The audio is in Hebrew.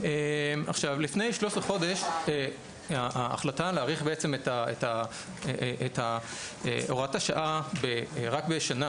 לפני 13 חודשים ההחלטה להאריך את הוראת השעה רק בשנה,